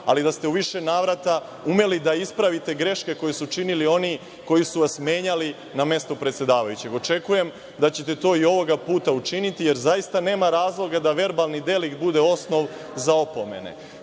ali da ste u više navrata umeli da ispravite greške koje su činili oni koji su vas menjali na mesto predsedavajućeg. Očekujem da ćete to i ovog puta učiniti, jer zaista nema razloga da verbalni delikt bude osnov za opomene. Može